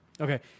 Okay